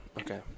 Okay